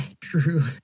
True